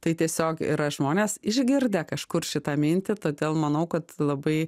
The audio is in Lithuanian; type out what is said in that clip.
tai tiesiog yra žmonės išgirdę kažkur šitą mintį todėl manau kad labai